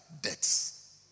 debts